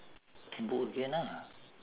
can book again ah